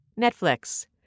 Netflix